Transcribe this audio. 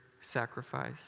sacrifice